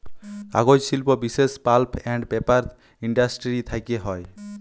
কাগজ শিল্প বিশেষ পাল্প এল্ড পেপার ইলডাসটিরি থ্যাকে হ্যয়